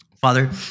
Father